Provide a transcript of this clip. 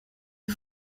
est